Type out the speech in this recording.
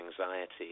anxiety